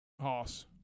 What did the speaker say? hoss